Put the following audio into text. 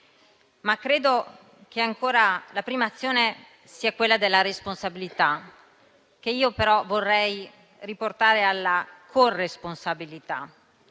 Credo che la prima azione sia quella della responsabilità, che però vorrei riportare alla corresponsabilità.